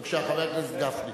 בבקשה, חבר הכנסת גפני.